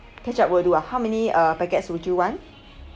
ketchup will do ah how many uh packets would you want